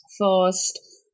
first